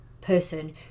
person